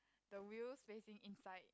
the wheels facing inside